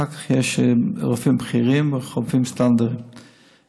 אחר כך יש רופאים בכירים ורופאים סטנדרטיים,